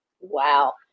Wow